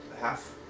Half